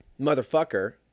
motherfucker